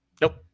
nope